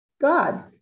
God